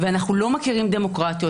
אנחנו לא מכירים דמוקרטיות,